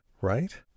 right